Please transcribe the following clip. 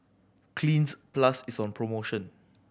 Cleanz Plus is on promotion